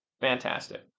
Fantastic